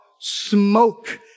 smoke